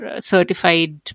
certified